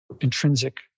intrinsic